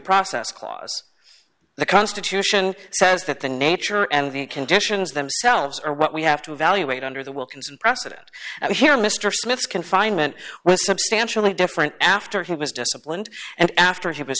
process clause the constitution says that the nature and the conditions themselves are what we have to evaluate under the wilkinson precedent here mr smith's confinement was substantially different after he was disciplined and after he was